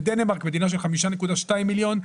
בדנמרק, מדינה של 5.2 מיליון,